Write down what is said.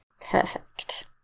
Perfect